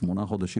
שמונה חודשים,